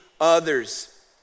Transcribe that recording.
others